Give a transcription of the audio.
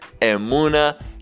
Emuna